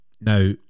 Now